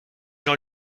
jean